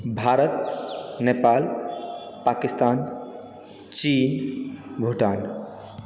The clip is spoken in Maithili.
भारत नेपाल पकिस्तान चीन भूटान